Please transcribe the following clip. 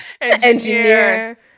engineer